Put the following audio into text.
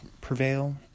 prevail